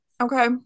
Okay